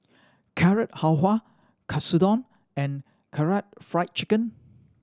Carrot Halwa Katsudon and Karaage Fried Chicken